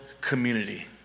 community